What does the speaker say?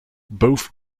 both